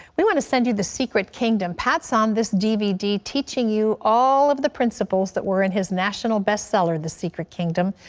we want to send you the secret kingdom. pat is on this d v d, teaching you all of the principles that were in his national best-seller, exet. the secret kingdom.